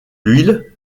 l’huile